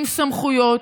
עם סמכויות,